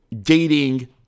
dating